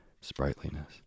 sprightliness